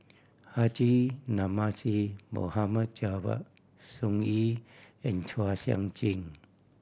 Haji Namazie Mohd Javad Sun Yee and Chua Sian Chin